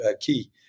key